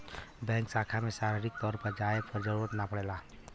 bank शाखा में शारीरिक तौर पर जाये क जरुरत ना पड़ेला